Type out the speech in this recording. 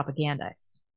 propagandized